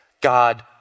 God